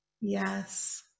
Yes